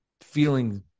feeling